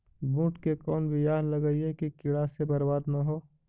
बुंट के कौन बियाह लगइयै कि कीड़ा से बरबाद न हो?